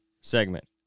segment